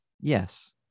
Yes